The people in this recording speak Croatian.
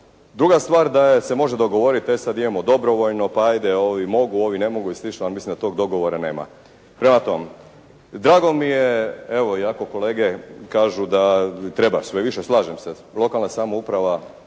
Druga stvar da je se može dogovoriti: E sad imamo dobrovoljno pa ajde ovi mogu, ovi ne mogu i slično, ali mislim da tog dogovora nema. Prema tom drago mi je evo iako kolege kažu da treba sve više. Slažem se, lokalna samouprava